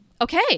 Okay